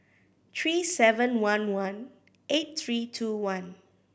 three seven one one eight three two one